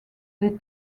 des